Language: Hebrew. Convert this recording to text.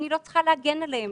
אני לא צריכה להגן עליהם,